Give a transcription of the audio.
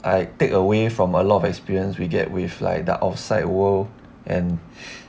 I take away from a lot of experience we get with like the outside world and